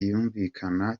yumvikana